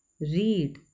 read